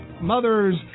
mother's